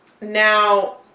Now